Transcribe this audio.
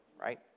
right